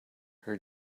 her